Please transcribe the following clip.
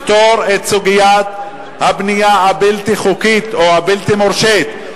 לפתור את סוגיית הבנייה הבלתי-חוקית או הבלתי-מורשית,